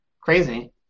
Crazy